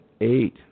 eight